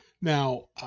Now